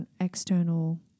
external